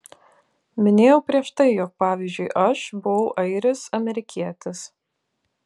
minėjau prieš tai jog pavyzdžiui aš buvau airis amerikietis